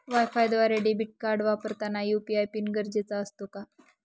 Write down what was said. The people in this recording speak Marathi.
वायफायद्वारे डेबिट कार्ड वापरताना यू.पी.आय पिन गरजेचा असतो का?